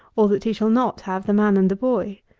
or that he shall not have the man and the boy.